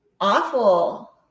awful